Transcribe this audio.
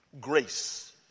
grace